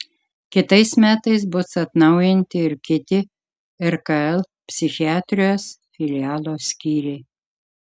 kitais metais bus atnaujinti ir kiti rkl psichiatrijos filialo skyriai